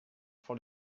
for